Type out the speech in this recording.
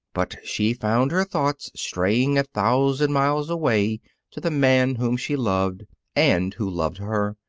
but she found her thoughts straying a thousand miles away to the man whom she loved and who loved her,